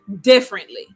differently